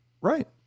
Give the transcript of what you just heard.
Right